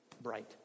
bright